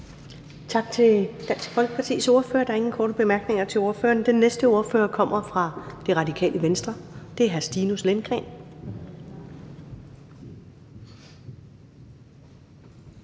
Tak til Dansk Folkepartis ordfører. Der er ingen korte bemærkninger til ordføreren. Den næste ordfører kommer fra Radikale Venstre. Det er hr. Stinus Lindgreen.